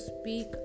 speak